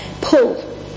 pull